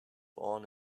born